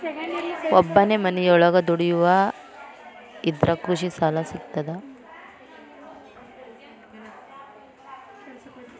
ಒಬ್ಬನೇ ಮನಿಯೊಳಗ ದುಡಿಯುವಾ ಇದ್ರ ಕೃಷಿ ಸಾಲಾ ಸಿಗ್ತದಾ?